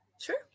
sure